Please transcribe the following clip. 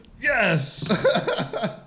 yes